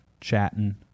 chatting